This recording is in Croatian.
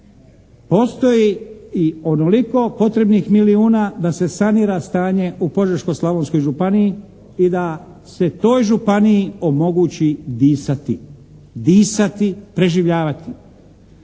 postoji i onoliko potrebnih milijuna da se sanira stanje u Požeško-slavonskoj županiji i da se toj županiji omogući disati. Disati, preživljavati.